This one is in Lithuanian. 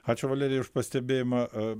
ačiū valerijai už pastebėjimą